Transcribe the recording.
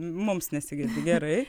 mums nesigirdi gerai